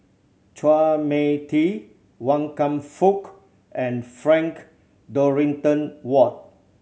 Chua Mia Tee Wan Kam Fook and Frank Dorrington Ward